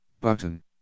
button